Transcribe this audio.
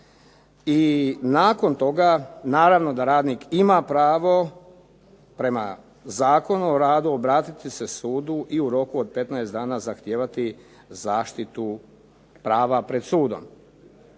I nakon toga naravno da radnik ima pravo prema Zakonu o radu obratiti se sudu i u roku od 15 dana zahtijevati zaštitu prava pred sudom.